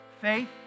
Faith